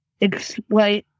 explain